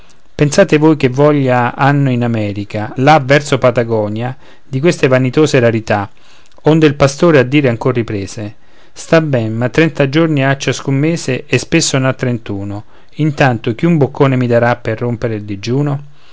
pensate voi che voglia hanno in america là verso patagonia di queste vanitose rarità onde il pastore a dire ancor riprese sta ben ma trenta giorni ha ciascun mese e spesso n'ha trentuno intanto chi un boccone mi darà per rompere il digiuno